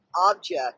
object